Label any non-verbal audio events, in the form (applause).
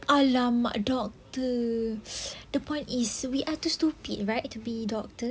!alamak! doctor (noise) the point is we are too stupid right to be doctor